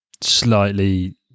slightly